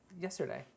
yesterday